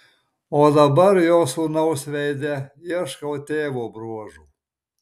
o dabar jo sūnaus veide ieškau tėvo bruožų